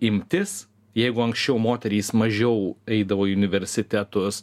imtis jeigu anksčiau moterys mažiau eidavo į universitetus